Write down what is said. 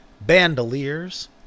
Bandoliers